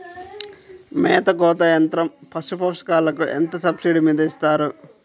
మేత కోత యంత్రం పశుపోషకాలకు ఎంత సబ్సిడీ మీద ఇస్తారు?